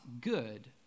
good